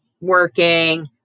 working